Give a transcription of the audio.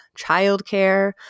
childcare